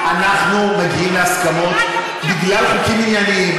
אנחנו מגיעים להסכמות בגלל חוקים ענייניים.